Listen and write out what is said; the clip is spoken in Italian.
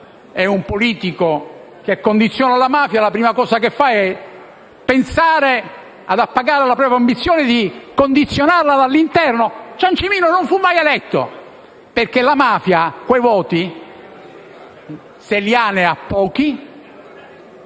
se un mafioso condiziona la politica, la prima cosa che fa è pensare di appagare la propria ambizione di condizionarla dall'interno. Ciancimino non fu mai eletto, perché la mafia, se ha i voti, ne a pochi,